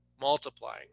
multiplying